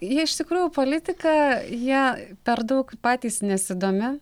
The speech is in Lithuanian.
jie iš tikrųjų politika jie per daug patys nesidomi